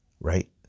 Right